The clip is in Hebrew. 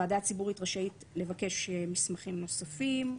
הוועדה הציבורית רשאית לבקש מסמכים נוספים,